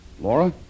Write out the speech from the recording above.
Laura